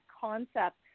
concept